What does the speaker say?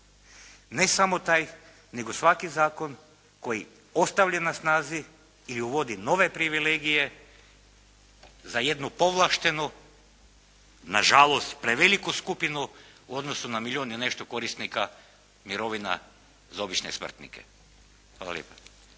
ne samo taj nego svaki zakon koji ostaje na snazi i uvodi nove privilegije za jednu povlaštenu na žalost preveliku skupinu u odnosu na milijun i nešto korisnika mirovina za obične smrtnike. Hvala lijepa.